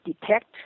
detect